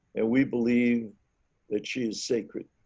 and we believe that she's sacred.